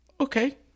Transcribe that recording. okay